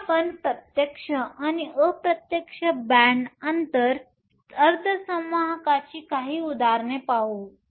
तर आपण प्रत्यक्ष आणि अप्रत्यक्ष बॅण्ड अंतर अर्धसंवाहकाची काही उदाहरणे पाहू